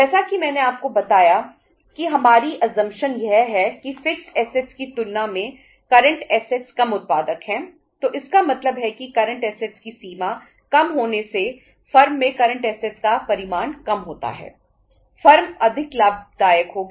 जैसा कि मैंने आपको बताया कि हमारी असमप्शन का परिमाण अधिक होने से फर्म कम लाभदायक होगी